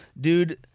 Dude